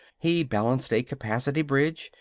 he balanced a capacity bridge.